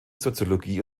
soziologie